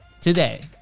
today